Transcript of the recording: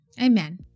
Amen